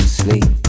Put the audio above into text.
sleep